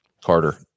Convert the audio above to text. Carter